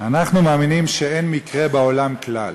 אנחנו מאמינים שאין מקרה בעולם כלל,